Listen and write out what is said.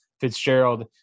Fitzgerald